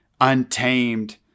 untamed